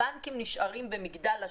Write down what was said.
הבנקים נשארים במגדל השן.